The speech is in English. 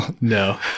no